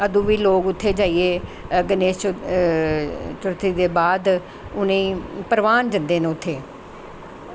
अदूं बी लोग उत्थें जाइयै गणेश चतुर्थी चतुर्थी दे बाद उ'नेंगी परवान जंदे न उत्थें